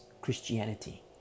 Christianity